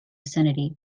vicinity